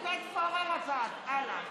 לוועדה את הצעת חוק זכויות הסטודנט (תיקון,